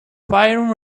firing